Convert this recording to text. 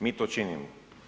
Mi to činimo.